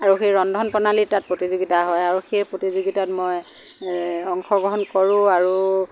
আৰু সেই ৰন্ধন প্ৰণালী তাত প্ৰতিযোগিতা হয় আৰু সেই প্ৰতিযোগিতাত মই অংশগ্ৰহণ কৰোঁ আৰু